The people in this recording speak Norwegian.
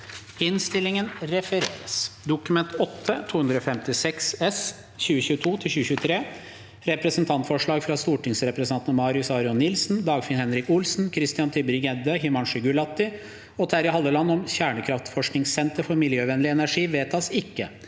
følgende v e d t a k : Dokument 8:256 S (2022–2023) – Representantforslag fra stortingsrepresentantene Marius Arion Nilsen, Dagfinn Henrik Olsen, Christian Tybring-Gjedde, Himanshu Gulati og Terje Halleland om kjernekraftforskningssenter for miljøvennlig energi – vedtas ikke.